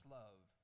love